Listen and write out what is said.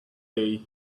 days